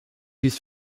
used